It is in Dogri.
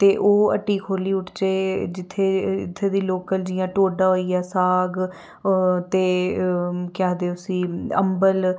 ते ओह् हट्टी खोह्ली ओड़चै जित्थै इत्थे दी लोकल जियां ढोडा होई गेआ साग ओह् ते केह् आखदे उसी अंबल